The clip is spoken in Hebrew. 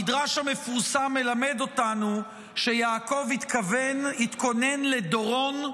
המדרש המפורסם מלמד אותנו שיעקב התכונן לדורון,